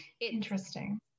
Interesting